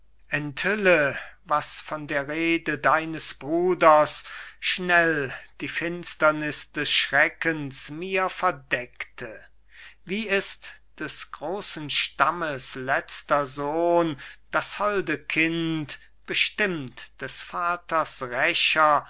enthülle was von der rede deines bruders schnell die finsterniß des schreckens mir verdeckte wie ist des großen stammes letzter sohn das holde kind bestimmt des vaters rächer